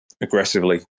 aggressively